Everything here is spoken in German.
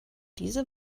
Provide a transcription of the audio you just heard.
diese